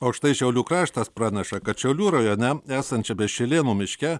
o štai šiaulių kraštas praneša kad šiaulių rajone esančiame šilėnų miške